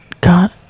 God